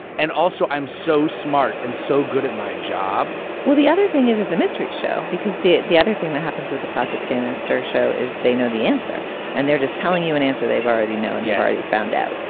and also i'm so smart and so good at my job well, the other thing is it's a mystery show because the the other thing that happens with the classic stand and star show is they know the answer and they're just telling you an answer they've already known. yeah. found out.